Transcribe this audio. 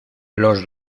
los